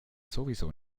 sowieso